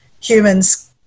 humans